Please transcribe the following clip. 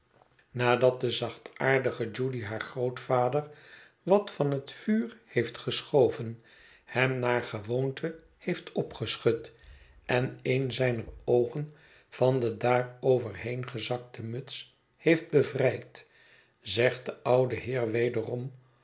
nadat de zachtaardige judy haar grootvader wat van het vuur heeft geschoven hem naar gewoonte heeft opgeschud en een zijner oogen van de daarover heen gezakte muts heeft bevrijd zegt de oude heer wederom